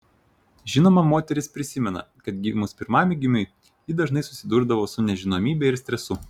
žinoma moteris prisimena kad gimus pirmagimiui ji dažnai susidurdavo su nežinomybe ir stresu